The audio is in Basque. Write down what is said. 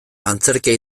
antzerkia